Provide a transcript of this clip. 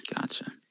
Gotcha